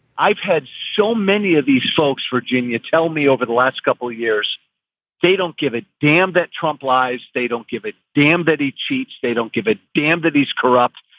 i've had so many of these folks, virginia, tell me over the last couple years they don't give a damn that trump lives. they don't give a damn that he cheats. they don't give a damn that he's corrupt.